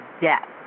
death